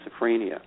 schizophrenia